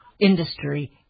Industry